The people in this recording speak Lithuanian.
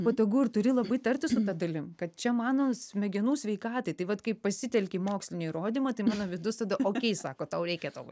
botagu ir turi labai tartis su ta dalim kad čia mano smegenų sveikatai tai vat kaip pasitelki mokslinį įrodymą tai mano vidus tada okei sako tau reikia to